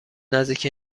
نزدیک